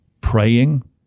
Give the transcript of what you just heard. praying